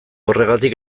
horregatik